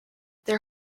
their